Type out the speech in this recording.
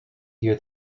hear